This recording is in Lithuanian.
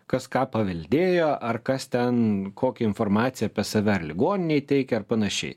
kas ką paveldėjo ar kas ten kokią informaciją apie save ar ligoninei teikia ar panašiai